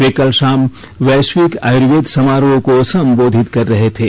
वे कल शाम वैश्विक आयुर्वेद समारोह को संबोधित कर रहे थे